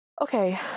Okay